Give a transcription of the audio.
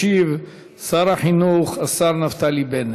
ישיב שר החינוך נפתלי בנט.